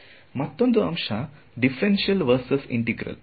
ಮತ್ತೊಂದು ಅಂಶ differential versus integral